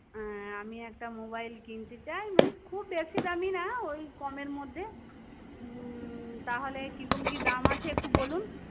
হ্যাঁ আমি একটা মোবাইল কিনতে চাই মানে খুব বেশি দামি না ওই কমের মধ্যে তাহলে কীরকম কী দাম আছে একটু বলুন